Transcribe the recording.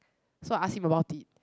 so I ask him about it